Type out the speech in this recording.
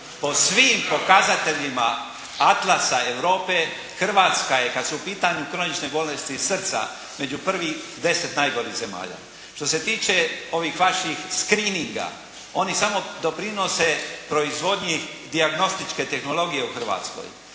Po svim pokazateljima atlasa Europe Hrvatska je kad su u pitanju kronične bolesti srca među prvih deset najgorih zemalja. Što se tiče ovih vaših screeninga oni samo doprinose proizvodnji dijagnostičke tehnologije u Hrvatskoj.